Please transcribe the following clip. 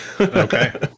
Okay